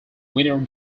winner